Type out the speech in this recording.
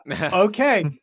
okay